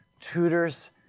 tutors